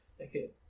Okay